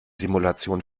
simulation